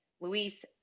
Luis